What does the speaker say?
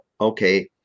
okay